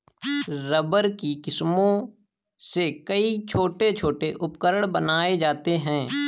rubber की किस्मों से कई छोटे छोटे उपकरण बनाये जाते हैं